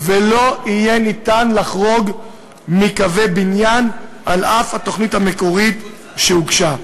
ולא יהיה אפשר לחרוג מקווי הבניין על אף התוכנית המקורית שהוגשה.